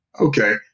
okay